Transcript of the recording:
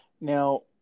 Now